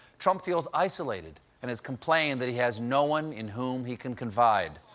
trump feels isolated and has complained that he has no one in whom he can confide.